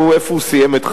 איפה הוא סיים את חייו,